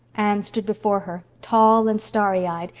anne stood before her, tall and starry-eyed,